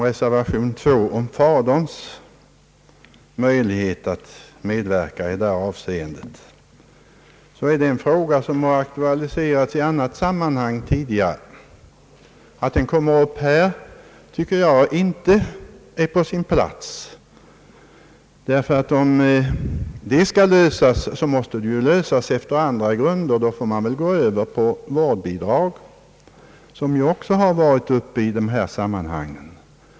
Reservation II om faderns möjlighet att medverka i detta avseende gäller en fråga som aktualiserats tidigare i annat sammanhang. Jag tycker inte att det är på sin plats att den kommer upp här, ty om denna fråga skall lösas måste man utgå från andra grunder. Då får man gå över till bestämmelser om vårdbidrag, som också varit uppe i dylika sammanhang.